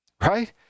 Right